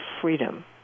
freedom